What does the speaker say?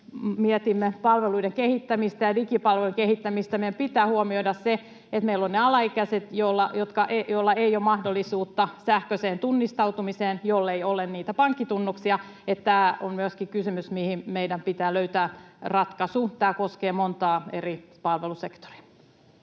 mietimme palveluiden kehittämistä ja digipalvelujen kehittämistä, meidän pitää huomioida se, että meillä on ne alaikäiset, joilla ei ole mahdollisuutta sähköiseen tunnistautumiseen, jollei ole niitä pankkitunnuksia. Eli tämä on myöskin kysymys, mihin meidän pitää löytää ratkaisu. Tämä koskee montaa eri palvelusektoria.